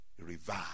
Revive